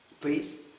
Please